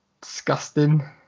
disgusting